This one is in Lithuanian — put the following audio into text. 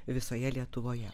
visoje lietuvoje